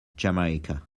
jamaica